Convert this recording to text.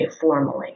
formally